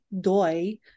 doi